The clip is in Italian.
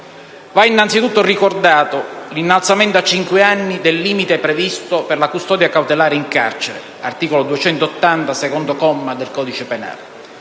Va innanzitutto ricordato l'innalzamento a cinque anni del limite previsto per la custodia cautelare in carcere (articolo 280, secondo comma del codice di